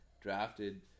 drafted